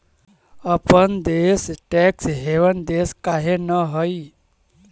अपन देश tax haven देश काहे न हई?